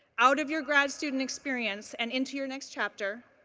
out of your grad student experience and into your next chapter